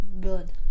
Good